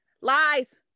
Lies